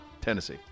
Tennessee